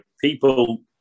People